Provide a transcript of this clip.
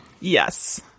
Yes